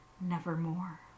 nevermore